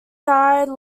side